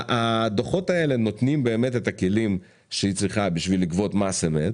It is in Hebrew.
הדוחות האלה נותנים באמת את הכלים שהיא צריכה בשביל לגבות מס אמת.